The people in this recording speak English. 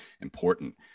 important